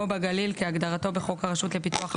או בגליל, כהגדרתו בחוק הרשות לפיתוח הגליל,